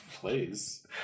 please